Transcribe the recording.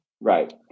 Right